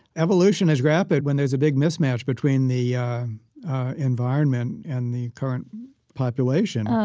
evolution is rapid when there's a big mismatch between the environment and the current population.